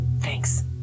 thanks